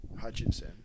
Hutchinson